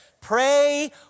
Pray